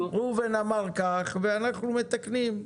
ראובן אמר כך ואנחנו מתקנים.